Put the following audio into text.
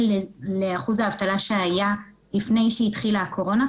לאחוז האבטלה שהיה לפני שהתחילה הקורונה,